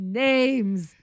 names